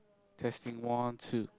testing one two